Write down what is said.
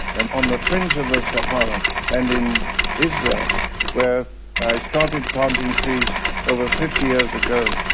and on the fringe of the sahara and in israel where i started planting trees over fifty years ago,